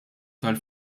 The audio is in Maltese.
tal